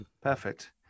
Perfect